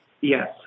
Yes